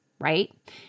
right